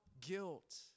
guilt